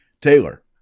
Taylor